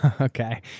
Okay